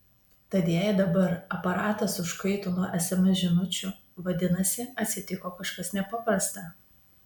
tad jei dabar aparatas užkaito nuo sms žinučių vadinasi atsitiko kažkas nepaprasta